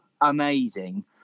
amazing